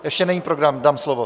Ještě není program, dám slovo.